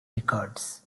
records